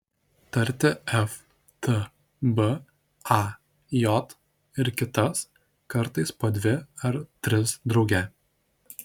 tarti f t b a j ir kitas kartais po dvi ar tris drauge